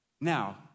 Now